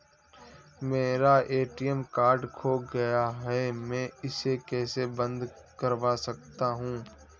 मेरा ATM card खो गया है मैं इसे कैसे बंद करवा सकता हूँ?